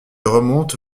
remonte